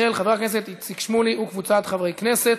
של חבר הכנסת איציק שמולי וקבוצת חברי הכנסת.